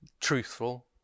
truthful